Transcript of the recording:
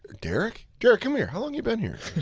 derek. derek, come here. how long you been here?